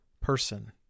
person